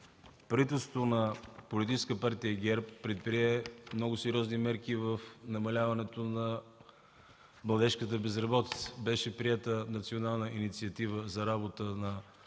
правителството на Политическа партия ГЕРБ предприе много сериозни мерки в намаляването на младежката безработица. Беше приета Национална инициатива за работа на